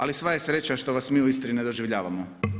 Ali sva je sreća što vas mi u Istri ne doživljavamo.